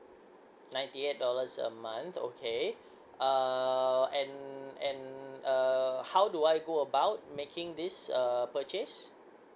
ninety eight dollars a month okay uh and and uh how do I go about making this err purchase